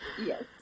yes